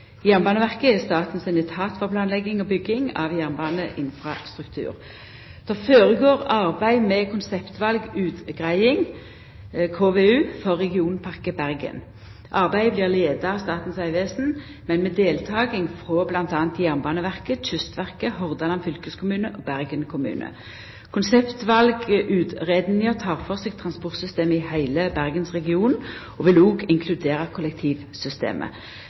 Jernbaneverket er staten sin etat for planlegging og bygging av jernbaneinfrastruktur. Det føregår arbeid med konseptvalutgreiing, KVU, for regionpakke Bergen. Arbeidet blir leia av Statens vegvesen, men med deltaking frå bl.a. Jernbaneverket, Kystverket, Hordaland fylkeskommune og Bergen kommune. Konseptvalutgreiinga tek for seg transportsystemet i heile Bergensregionen, og vil òg inkludera kollektivsystemet.